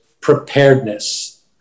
preparedness